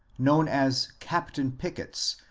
known as captain pickett's,